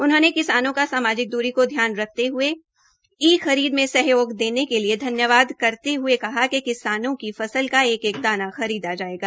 उन्होंने किसानों का सामाजिक दूरी को ध्यान रखते हये ई खरीद में सहयोग देने के लिए ध्न्यवाद करते हये कहा कि किसानों की फसल का एक एक दाना खरीदा जायेगा